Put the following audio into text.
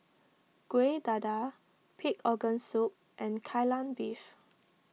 Kueh Dadar Pig Organ Soup and Kai Lan Beef